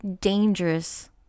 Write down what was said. dangerous